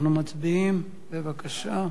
אנחנו מצביעים, בבקשה.